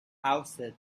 houses